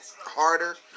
harder